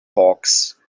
hawks